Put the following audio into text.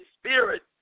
spirit